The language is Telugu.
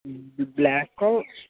బ్లాకు